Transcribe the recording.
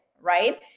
right